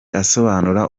asobanura